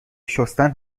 شستن